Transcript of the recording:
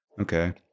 Okay